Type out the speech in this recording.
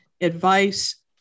advice